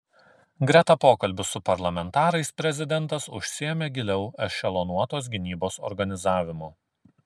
greta pokalbių su parlamentarais prezidentas užsiėmė giliau ešelonuotos gynybos organizavimu